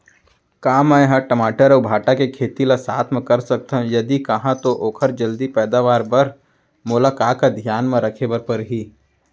का मै ह टमाटर अऊ भांटा के खेती ला साथ मा कर सकथो, यदि कहाँ तो ओखर जलदी पैदावार बर मोला का का धियान मा रखे बर परही?